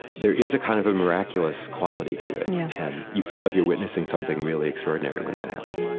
there is a kind of miraculous quality to it and yeah and you feel like you're witnessing something really extraordinary when that happens